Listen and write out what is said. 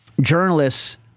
journalists